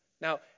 Now